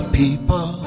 people